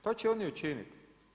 To će oni učiniti.